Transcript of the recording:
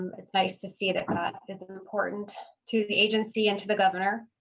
it's nice to see it it not as important to the agency and to the governor.